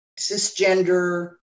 cisgender